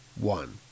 one